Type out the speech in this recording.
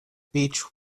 beech